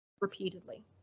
repeatedly